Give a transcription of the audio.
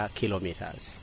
kilometers